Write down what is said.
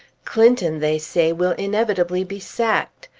clinton, they say, will inevitably be sacked.